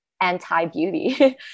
anti-beauty